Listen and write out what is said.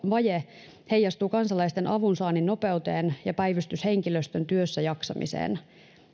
vaje heijastuu kansalaisten avunsaannin nopeuteen ja päivystyshenkilöstön työssäjaksamiseen